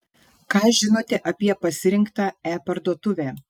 ką žinote apie pasirinktą e parduotuvę